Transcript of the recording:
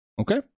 Okay